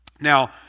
Now